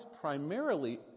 primarily